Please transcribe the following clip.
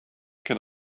can